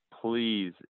please